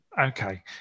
Okay